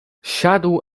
siadł